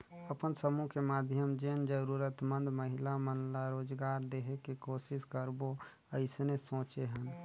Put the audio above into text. अपन समुह के माधियम जेन जरूरतमंद महिला मन ला रोजगार देहे के कोसिस करबो अइसने सोचे हन